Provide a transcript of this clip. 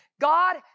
God